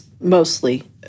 mostly